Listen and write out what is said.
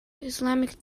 islamic